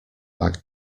back